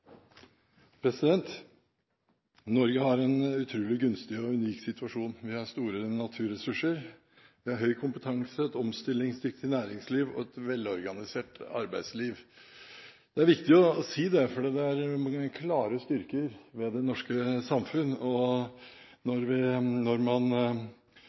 omme. Norge er i en utrolig gunstig og unik situasjon. Vi har store naturressurser, det er høy kompetanse, et omstillingsdyktig næringsliv og et velorganisert arbeidsliv. Det er viktig å si det, for det er mange klare styrker ved det norske samfunn, og når man